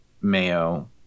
mayo